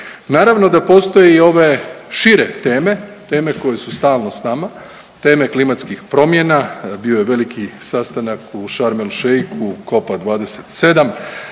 Naravno da postoje i ove šire teme, teme koje su stalno s nama, teme klimatskih promjena, bio je veliki sastanak u Šarm el Šeiku COP27,